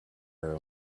her